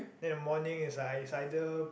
then the morning is I is either